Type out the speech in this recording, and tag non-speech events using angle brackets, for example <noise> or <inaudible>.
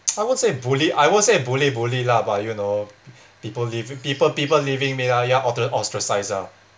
<noise> I won't say bullied I won't say bullied bullied lah but you know people leavin~ people people leaving me lah ya oter~ ostracise ah